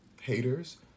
haters